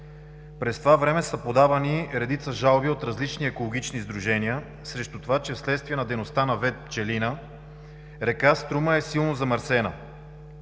През това време са подавани редица жалби от различни екологични сдружения срещу това, че вследствие на дейността на ВЕЦ „Пчелина“ р. Струма е силно замърсена.